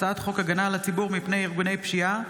הצעת חוק הגנה על הציבור מפני ארגוני פשיעה,